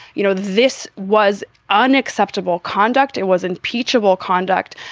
you know, this was unacceptable conduct, it wasn't peaceable conduct.